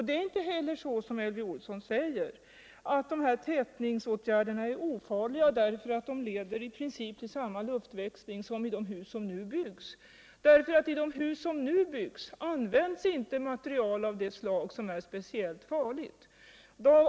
Det är inte heller så, som Elvy Olsson säger, att de här tätningsåtgärderna är ofarliga därigenom att de i princip leder till samma luftväxling som i de hus som nu byggs, därför att i de hus som nu byggs anvinds inte material av det slag som är speciellt farligt.